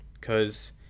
Cause